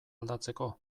aldatzeko